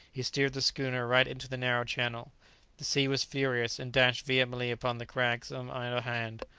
he steered the schooner right into the narrow channel the sea was furious, and dashed vehemently upon the crags on either hand.